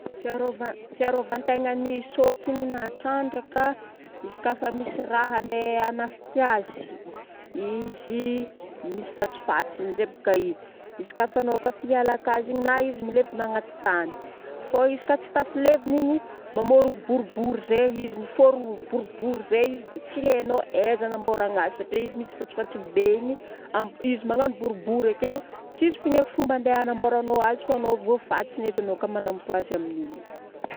Fiarovan-tegnan'ny sokiny na trandraka. Izy koafa misy raha handeha hagnafika azy, izy misy fatsifatsiny izay boka izy. Izy kafa anô koafa hialaka azy igny, na izy milevina agnaty tany. Fô izy koa tsy tafilevina igny, mamorogno boribory izay izy, mi-forme boribory izay izy dia tsy hainao aiza hagnamboragna azy satria izy misy fatsifatsiny be igny am- izy magnano boribory akeo, tsisy fomba andeha hagnamboragnao azy fa anao voafantsiny edy anô ka magnatona azy amin'igny.